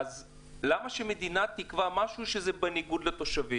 למה שמדינה תקבע משהו שהוא בניגוד לתושבים?